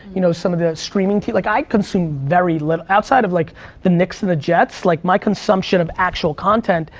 you know, some of the streaming tv, like i consume very little outside of like the knicks and the jets, like my consumption of actual content,